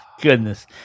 goodness